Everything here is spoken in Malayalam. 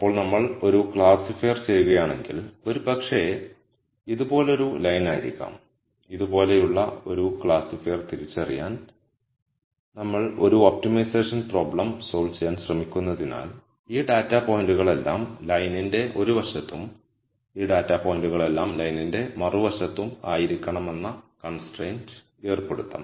അപ്പോൾ നമ്മൾ ഒരു ക്ലാസിഫയർ ചെയ്യുകയാണെങ്കിൽ ഒരുപക്ഷേ ഇതുപോലൊരു ലൈൻ ആയിരിക്കാം ഇതുപോലെയുള്ള ഒരു ക്ലാസിഫയർ തിരിച്ചറിയാൻ ഞങ്ങൾ ഒരു ഒപ്റ്റിമൈസേഷൻ പ്രോബ്ലം സോൾവ് ചെയ്യാൻ ശ്രമിക്കുന്നതിനാൽ ഈ ഡാറ്റ പോയിന്റുകളെല്ലാം ലൈനിന്റെ ഒരു വശത്തും ഈ ഡാറ്റ പോയിന്റുകളെല്ലാം ലൈനിന്റെ മറുവശത്തും ആയിരിക്കണമെന്ന കൺസ്ട്രൈൻറ് ഏർപ്പെടുത്തണം